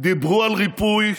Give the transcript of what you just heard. דיברו על ריפוי,